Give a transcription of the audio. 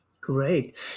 Great